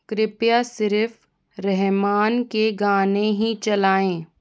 कृपया सिर्फ रहमान के गाने ही चलाएँ